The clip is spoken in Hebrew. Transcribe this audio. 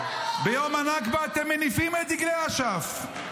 ביום הנכבה אתם מניפים את דגלי אש"ף.